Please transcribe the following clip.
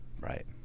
right